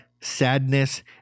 sadness